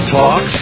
talk